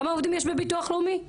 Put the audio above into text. כמה עובדים יש בביטוח לאומי?